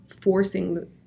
forcing